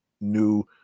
new